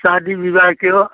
शादी विवाह की हो